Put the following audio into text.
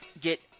get